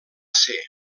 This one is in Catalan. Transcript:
ser